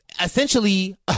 Essentially